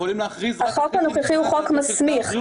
החוק הנוכחי הוא חוק מסמיך.